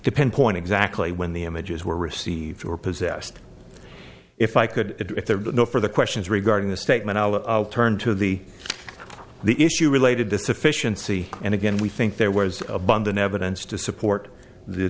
to pinpoint exactly when the images were received or possessed if i could if there are no further questions regarding the statement i'll turn to the the issue related to sufficiency and again we think there was abundant evidence to support the